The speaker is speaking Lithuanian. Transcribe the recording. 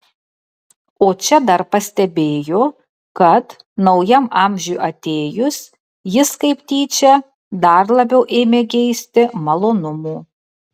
o čia dar pastebėjo kad naujam amžiui atėjus jis kaip tyčia dar labiau ėmė geisti malonumų